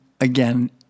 again